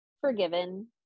forgiven